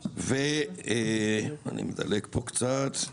אני מדלג פה קצת.